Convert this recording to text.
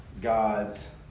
God's